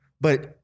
But-